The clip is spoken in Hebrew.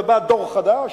ובא דור חדש.